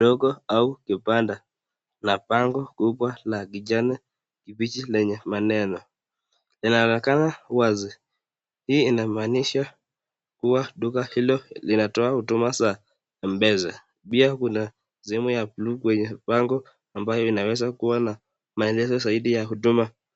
ndogo au kipande la pango kubwa la kijani kibichi lenye maneno. Linaonekana wazi. Hii inamaanisha kuwa duka hilo linatoa huduma za mbezi. Pia kuna simu ya blue kwenye pango ambayo inaweza kuwa na maelezo zaidi ya huduma.